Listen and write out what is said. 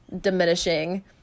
diminishing